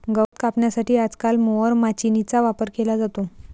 गवत कापण्यासाठी आजकाल मोवर माचीनीचा वापर केला जातो